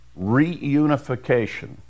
reunification